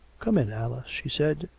come in, alice, she said,